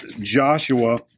Joshua